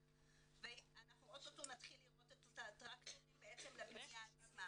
ואנחנו או-טו-טו נתחיל לראות את הטרקטורים לבניה עצמה.